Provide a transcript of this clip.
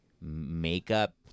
makeup